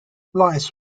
lice